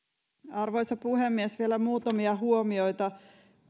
arvoisa puhemies vielä muutamia huomioita